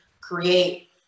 create